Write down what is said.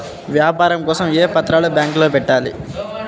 వ్యాపారం కోసం ఏ పత్రాలు బ్యాంక్లో పెట్టాలి?